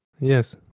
yes